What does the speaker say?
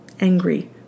angry